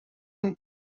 بانم